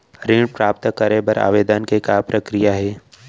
ऋण प्राप्त करे बर आवेदन के का प्रक्रिया हे?